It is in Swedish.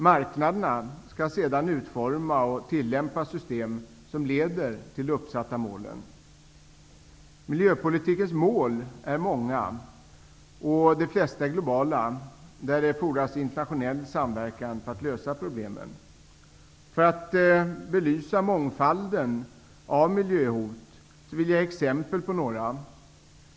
Marknaderna skall sedan utforma och tillämpa system som leder till de uppsatta målen. Miljöpolitikens mål är många, och de flesta är globala, varvid det fordras internationell samverkan för att lösa problemen. För att belysa mångfalden av miljöhot vill jag ge några exempel.